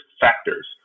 factors